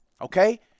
okay